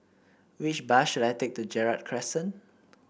which bus should I take to Gerald Crescent